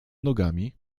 nogami